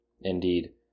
Indeed